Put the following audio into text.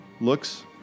looks